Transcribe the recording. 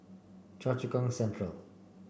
Choa Chu Kang Central